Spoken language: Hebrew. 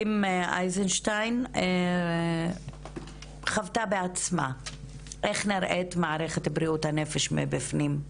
קים אייזנשטיין חוותה בעצמה איך נראית מערכת בריאות הנפש מבפנים,